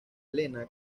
elena